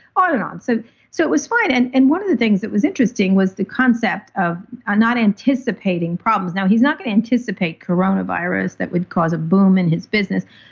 on and on so so it was fine. and and one of the things that was interesting was the concept of ah not anticipating problems. now he's not going to anticipate coronavirus that would cause a boom in his business,